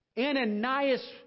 Ananias